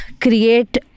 create